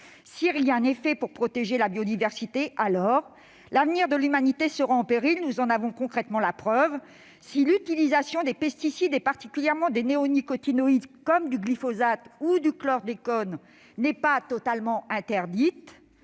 si rien n'est fait pour protéger la biodiversité, l'avenir de l'humanité sera en péril. Nous en avons concrètement la preuve. Si l'utilisation des pesticides, particulièrement des néonicotinoïdes, du glyphosate ou du chlordécone n'est pas totalement interdite,